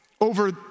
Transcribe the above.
over